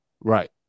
right